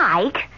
Mike